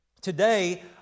Today